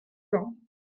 ans